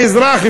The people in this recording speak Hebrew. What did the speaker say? האזרח,